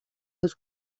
los